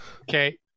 Okay